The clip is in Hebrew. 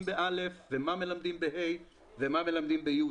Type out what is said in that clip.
ב-א' ומה מלמדים ב-ה' ומה מלמדים ב-י'